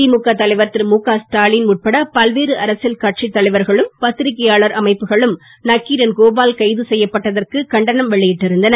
திழுக தலைவர் திரு முக ஸ்டாலின் உட்பட பல்வேறு அரசியல் கட்சித் தலைவர்களும் பத்திரிக்கையாளர் அமைப்புகளும் நக்கிரன் கோபால் கைது செய்யப்பட்டதற்கு கண்டனம் வெளியிட்டு இருந்தனர்